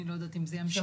אני לא יודעת אם זה ימשיך.